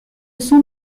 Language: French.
sont